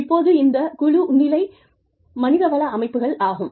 இப்போது இது குழு நிலை மனிதவள அமைப்புகளாகும்